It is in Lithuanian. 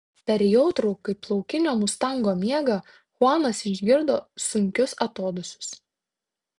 per jautrų kaip laukinio mustango miegą chuanas išgirdo sunkius atodūsius